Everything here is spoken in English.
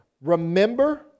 remember